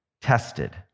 tested